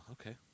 okay